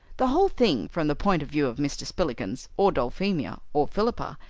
the whole thing, from the point of view of mr. spillikins or dulphemia or philippa,